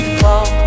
fall